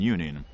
Union